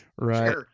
right